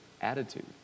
attitude